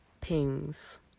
pings